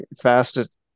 fastest